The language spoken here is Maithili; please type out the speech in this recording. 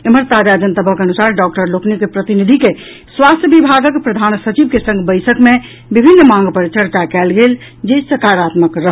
एम्हर ताजा जनतबक अनुसार डॉक्टर लोकनिक प्रतिनिधि के स्वास्थ्य विभागक प्रधान सचिव के संग बैसक मे विभिन्न मांग पर चर्चा कयल गेल जे सकारात्मक रहल